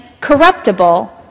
corruptible